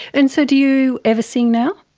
and so do you ever sing now?